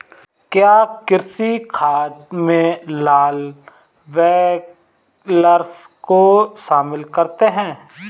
क्या कृमि खाद में लाल विग्लर्स को शामिल करते हैं?